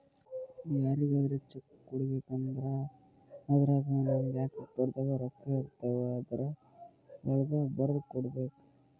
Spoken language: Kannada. ನಾವ್ ಯಾರಿಗ್ರೆ ಚೆಕ್ಕ್ ಕೊಡ್ಬೇಕ್ ಅಂದ್ರ ಅದ್ರಾಗ ನಮ್ ಬ್ಯಾಂಕ್ ಅಕೌಂಟ್ದಾಗ್ ರೊಕ್ಕಾಇರ್ತವ್ ಆದ್ರ ವಳ್ಗೆ ಬರ್ದ್ ಕೊಡ್ಬೇಕ್